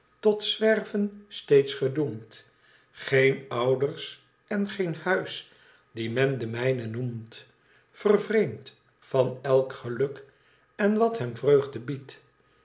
tot zwerven steeds gedoemd geen ouders en geen huis die men de mijne noemt vervreemd van elk geluk en wat hem vreugde biedt